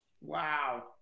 wow